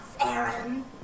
Aaron